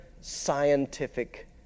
scientific